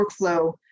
workflow